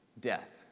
death